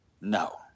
No